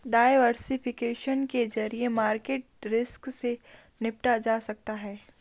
diversification के जरिए market risk से निपटा जा सकता है